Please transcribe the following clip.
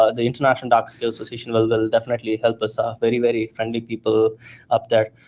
ah the international dark skies association will will definitely help us. ah very, very friendly people up there.